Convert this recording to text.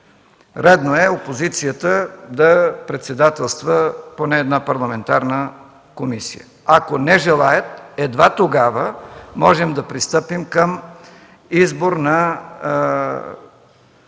Редно е опозицията да председателства поне една парламентарна комисия. Ако не желаят, едва тогава можем да пристъпим към избор на